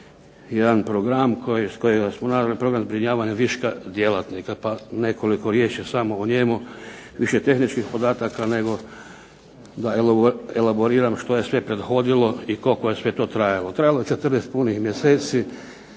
a to je jedan program zbrinjavanja viška djelatnika. Pa nekoliko riječi samo o njemu, više tehničkih podataka nego da elaboriram što je sve prethodilo i koliko je sve to trajalo. Trajalo je 14 punih mjeseci.